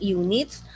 units